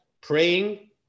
praying